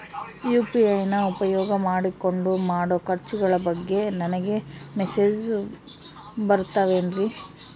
UPI ನ ಉಪಯೋಗ ಮಾಡಿಕೊಂಡು ಮಾಡೋ ಖರ್ಚುಗಳ ಬಗ್ಗೆ ನನಗೆ ಮೆಸೇಜ್ ಬರುತ್ತಾವೇನ್ರಿ?